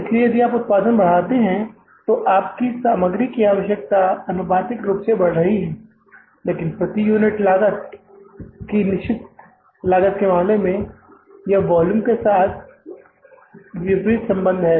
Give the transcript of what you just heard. इसलिए यदि आप उत्पादन बढ़ाते हैं तो आपकी सामग्री की आवश्यकता आनुपातिक रूप से बढ़ रही है लेकिन प्रति यूनिट लागत यह है की निश्चित लागत के मामले में यह वॉल्यूम के साथ एक विपरीत संबंध है